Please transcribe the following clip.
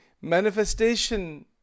manifestation